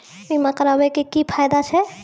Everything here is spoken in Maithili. बीमा कराबै के की फायदा छै?